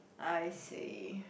I see